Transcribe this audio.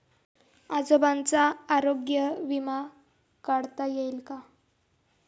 आजोबांचा आरोग्य विमा काढता येईल का?